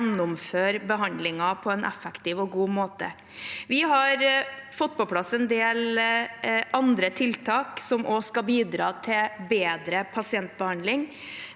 gjennomføre behandlingen på en effektiv og god måte. Vi har fått på plass en del andre tiltak som også skal bidra til bedre pasientbehandling.